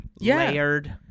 layered